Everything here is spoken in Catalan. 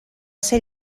ser